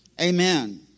Amen